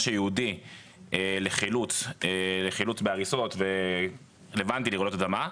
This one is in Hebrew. מה שייעודי לחילוץ בהריסות ורלוונטי לרעידות אדמה.